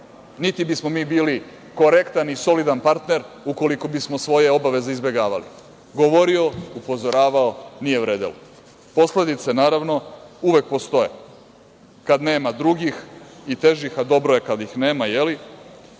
niti mi smo mi bili korektan i solidan partner ukoliko bismo svoje obaveze izbegavali. Govorio, upozoravao, nije vredelo. Posledice, naravno, uvek postoje. Kad nema drugih i težih, a dobro je kad ih nema, je li,